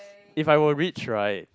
if I were rich right